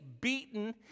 beaten